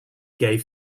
gave